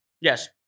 Yes